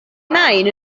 nain